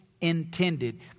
intended